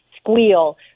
squeal